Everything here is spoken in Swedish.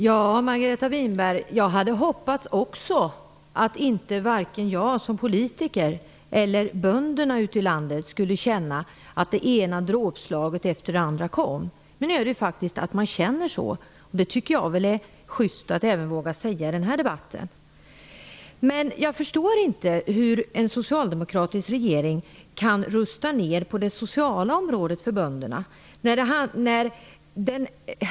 Herr talman! Också jag hade hoppats att varken jag som politiker eller bönderna ute i landet skulle känna att det ena dråpslaget efter det andra utdelades. Men nu känner man faktiskt så. Jag tycker att det är sjyst att kunna säga det även i den här debatten. Jag förstår inte hur en socialdemokratisk regering kan rusta ner på det sociala området för bönderna.